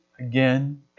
again